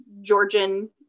Georgian